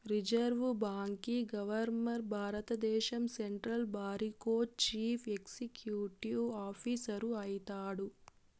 reserve బాంకీ governor భారద్దేశం central బారికో చీఫ్ ఎక్సిక్యూటివ్ ఆఫీసరు అయితాడు